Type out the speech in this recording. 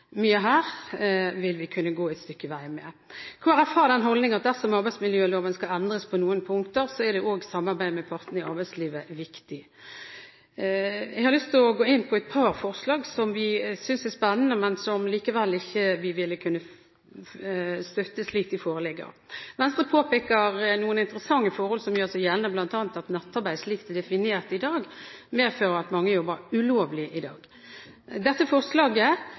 mye her vil vi kunne gå et stykke på vei med. Kristelig Folkeparti har den holdning at dersom arbeidsmiljøloven skal endres på noen punkter, er samarbeid med partene i arbeidslivet viktig. Jeg har lyst til å gå inn på et par forslag som vi synes er spennende, men som vi likevel ikke vil kunne støtte slik de foreligger. Venstre påpeker noen interessante forhold som gjør seg gjeldende, bl.a. at nattarbeid slik det er definert i dag, medfører at mange jobber «ulovlig». Dette forslaget